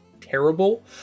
terrible